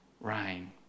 rain